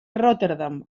rotterdam